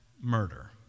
murder